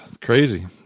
Crazy